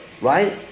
right